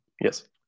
yes